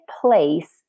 place